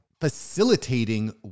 facilitating